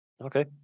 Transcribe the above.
Okay